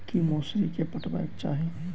की मौसरी केँ पटेबाक चाहि?